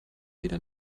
wieder